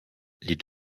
les